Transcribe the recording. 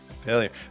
Failure